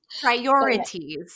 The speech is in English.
Priorities